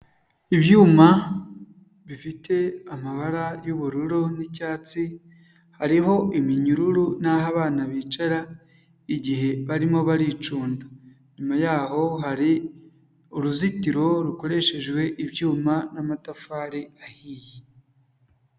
Ibyuma bifite amabara y'ubururu n'icyatsi, hariho iminyururu naho abana bicara, igihe barimo baricunda, inyuma yaho hari uruzitiro, rukoreshejwe ibyuma n'amatafari ahiye.